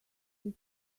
this